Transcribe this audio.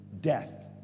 death